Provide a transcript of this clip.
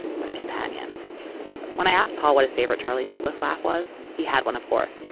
but a companion when i asked paul what his favorite charlie douglas laugh was, he had one of course.